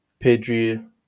Pedri